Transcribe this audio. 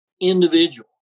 individual